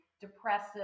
depressive